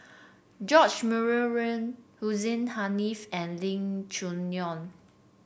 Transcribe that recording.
George Murray Reith Hussein Haniff and Lee Choo Neo